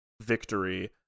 victory